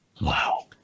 Wow